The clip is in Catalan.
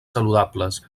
saludables